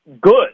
good